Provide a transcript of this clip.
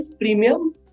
premium